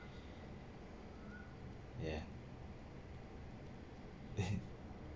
ya ya